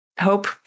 hope